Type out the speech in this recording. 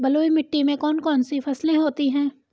बलुई मिट्टी में कौन कौन सी फसलें होती हैं?